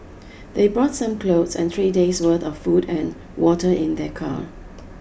they brought some clothes and three days' worth of food and water in their car